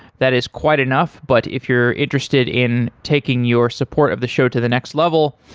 that is quite enough, but if you're interested in taking your support of the show to the next level,